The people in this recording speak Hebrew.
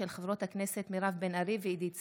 של חברות הכנסת מירב בן ארי ועידית סילמן,